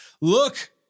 Look